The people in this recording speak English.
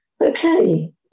okay